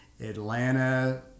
Atlanta